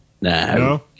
no